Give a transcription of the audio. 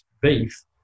beef